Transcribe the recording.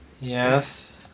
Yes